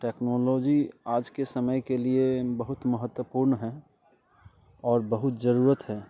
technology आज के समय के लिए बहुत महत्वपूर्ण है और बहुत ज़रूरत है